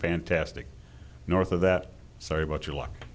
fantastic north of that sorry about your luck